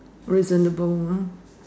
reasonable lor